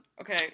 Okay